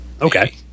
Okay